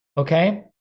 okay?